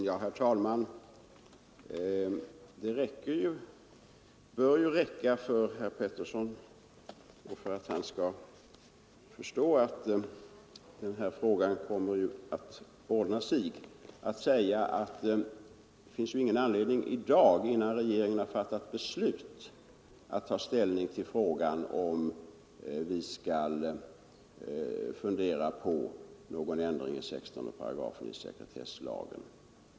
Herr talman! För att herr Pettersson skall förstå att den här frågan kommer att ordna sig bör det räcka med att säga att det inte finns någon anledning för mig att i dag, innan regeringen fattat beslut, ta ställning till huruvida det finns skäl att göra någon ändring av 16 § i sekretesslagen.